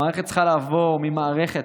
המערכת צריכה להפוך ממערכת